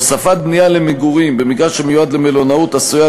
הוספת בנייה למגורים במגרש המיועד למלונאות עשויה